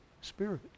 Spirit